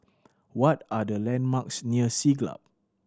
what are the landmarks near Siglap